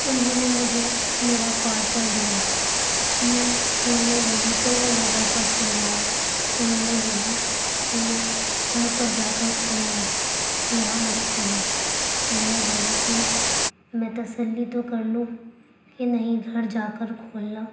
انہوں نے مجھے میرا پارسل دیا میں کھولنے لگی تو وہ میرے اوپر چلائے انہوں نے بولا کہ گھر پر جا کر کھولنا یہاں مت کھولو میں نے بولا کہ میں تسلی تو کر لوں کہ نہیں گھر جا کر کھولنا